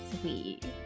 SWEET